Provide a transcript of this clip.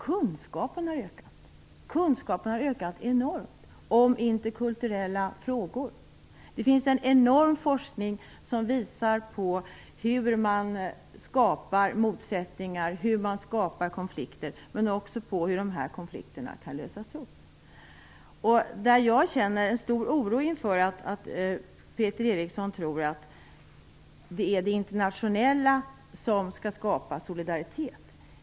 Kunskapen om interkulturella frågor har ökat enormt. Det finns en enorm forskning som visar på hur man skapar motsättningar och konflikter, men också hur dessa konflikter kan lösas upp. Jag känner en stor oro inför att Peter Eriksson tror att det är det internationella som skall skapa solidaritet.